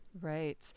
Right